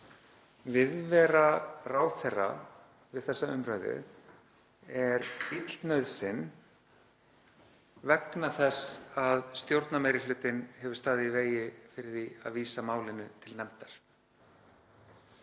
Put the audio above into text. viðvera ráðherra við þessa umræðu ill nauðsyn vegna þess að stjórnarmeirihlutinn hefur staðið í vegi fyrir því að vísa málinu til nefndar.